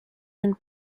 and